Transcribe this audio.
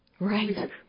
Right